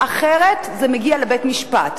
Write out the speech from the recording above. אחרת זה מגיע לבית-המשפט.